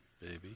Baby